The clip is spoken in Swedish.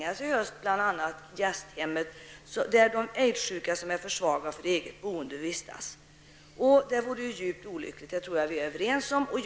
Det gäller bl.a. gästhemmet, där de aids-sjuka som är för svaga för eget boende vistas. Jag tror att vi är överens om att det vore djupt olyckligt.